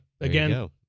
Again